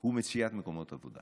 הוא מציאת מקומות עבודה